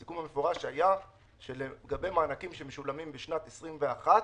הסיכום המפורש היה שלגבי מענקים שמשולמים בשנת 21'